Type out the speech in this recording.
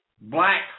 black